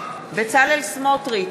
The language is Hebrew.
בצלאל סמוטריץ,